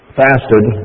fasted